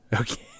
Okay